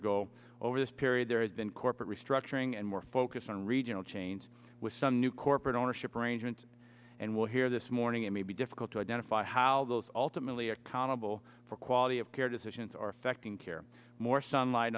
ago over this period there has been corporate restructuring and more focus on regional chains with some new corporate ownership arrangements and we'll hear this morning it may be difficult to identify how those all to milly accountable for quality of care decisions are affecting care more sunlight